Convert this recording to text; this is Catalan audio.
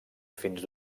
fins